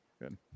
Good